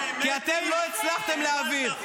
כי אתם לא הצלחתם להעביר.